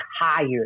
tired